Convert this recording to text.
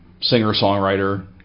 singer-songwriter